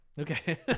Okay